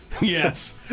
Yes